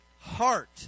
heart